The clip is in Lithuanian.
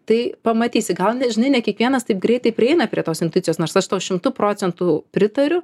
tai pamatysi gal žinai ne kiekvienas taip greitai prieina prie tos intuicijos nors aš tau šimtu procentų pritariu